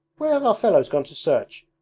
where have our fellows gone to search?